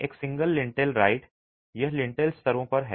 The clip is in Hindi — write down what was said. तो एक सिंगल लिंटेल राइट यह लिंटेल स्तरों पर है